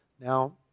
Now